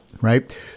right